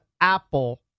Apple